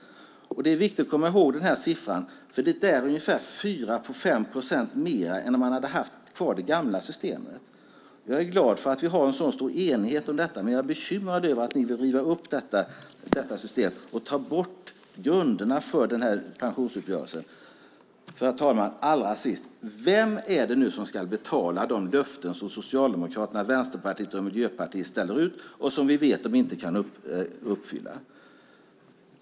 Det är viktigt att komma ihåg den här siffran, för det är ungefär 4-5 procent mer än om man hade haft kvar det gamla systemet. Jag är glad över att vi har en så stor enighet om detta, men jag är bekymrad över att ni vill riva upp det här systemet och ta bort grunderna för pensionsuppgörelsen. Herr talman! Allra sist vill jag fråga vem som ska betala de löften som Socialdemokraterna, Vänsterpartiet och Miljöpartiet ställer ut och som vi vet att de inte kan uppfylla.